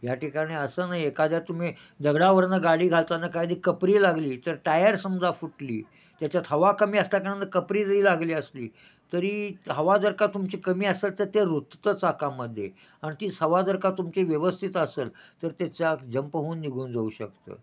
ह्या ठिकाणी असं नाही एखाद्या तुम्ही दगडावरून गाडी घालताना काय ती कपरी लागली तर टायर समजा फुटली त्याच्यात हवा कमी असल्या कारणानं कपरी जरी लागली असली तरी हवा जर का तुमची कमी असेल तर ते रुततं चचाकामध्ये आणि तीच हवा जर का तुमची व्यवस्थित असेल तर ते चाक जंप होऊन निघून जाऊ शकत